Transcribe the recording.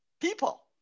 People